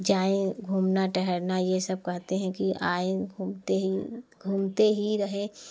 जाएँ घूमना टहलना यह सब कहते हैं कि आएँ घूमते ही घूमते ही रहें